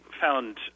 found